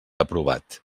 aprovat